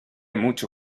mucho